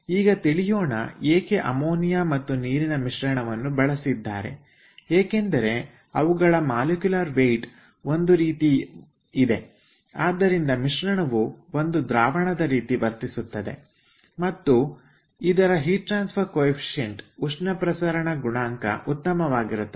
ಈಗ ತಿಳಿಯೋಣ ಏಕೆ ಅಮೋನಿಯಾ ಮತ್ತು ನೀರಿನ ಮಿಶ್ರಣವನ್ನು ಬಳಸಿದ್ದಾರೆ ಏಕೆಂದರೆ ಅವುಗಳ ಮಾಲಿಕ್ಯುಲರ್ ವ್ಯೖೆಟ್ ಒಂದೇ ರೀತಿ ಇದೆ ಆದ್ದರಿಂದ ಮಿಶ್ರಣವು ಒಂದು ದ್ರಾವಣದ ರೀತಿ ವರ್ತಿಸುತ್ತದೆ ಮತ್ತು ಇದರ ಉಷ್ಣ ಪ್ರಸರಣ ಗುಣಾಂಕ ಉತ್ತಮವಾಗಿರುತ್ತದೆ